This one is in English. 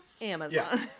Amazon